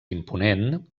imponent